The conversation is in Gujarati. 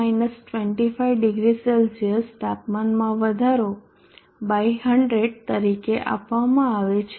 47 x 0 C તાપમાનમાં વધારો 100 તરીકે આપવામાં આવે છે